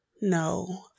No